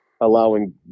allowing